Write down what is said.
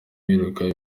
yigira